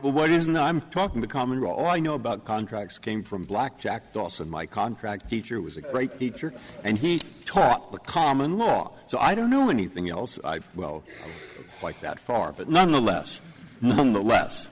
but what is not i'm talking the common law i know about contracts came from black jack dawson my contract teacher was a great teacher and he taught the common law so i don't know anything else i've well like that far but nonetheless nonetheless